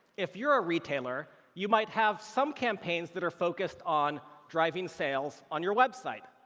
if you're a retailer, you might have some campaigns that are focused on driving sales on your website,